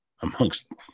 amongst